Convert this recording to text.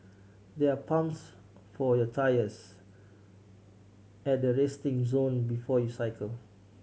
there're pumps for your tyres at resting zone before you cycle